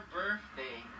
birthday